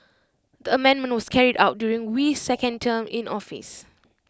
the amendment was carried out during Wee's second term in office